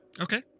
okay